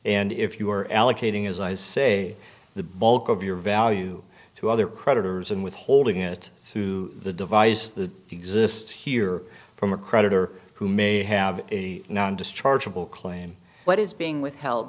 and if you are allocating as i say the bulk of your value to other creditors and withholding it through the device that exists here from a creditor who may have a non dischargeable claim what is being withheld